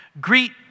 Greet